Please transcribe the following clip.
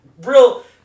real